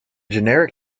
generic